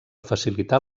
facilitar